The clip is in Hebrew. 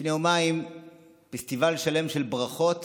לפני יומיים היה פסטיבל שלם של ברכות